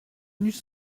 venues